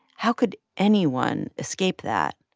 how could anyone escape that?